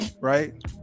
right